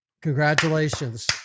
Congratulations